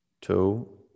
two